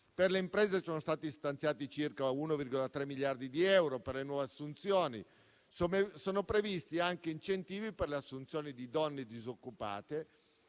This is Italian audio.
Per le imprese sono stati stanziati circa 1,3 miliardi di euro per le nuove assunzioni e sono previsti incentivi anche per le assunzioni di donne disoccupate.